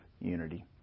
unity